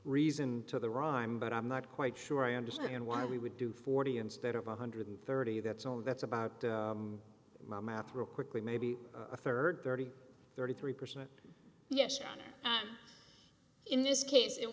reason to the rhyme but i'm not quite sure i understand why we would do forty instead of one hundred thirty that's all that's about my math real quickly maybe a third thirty thirty three percent yes in this case it